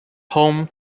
home